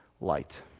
Light